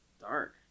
dark